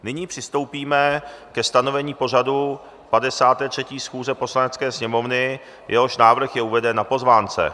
Nyní přistoupíme ke stanovení pořadu 53. schůze Poslanecké sněmovny, jehož návrh je uveden na pozvánce.